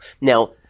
Now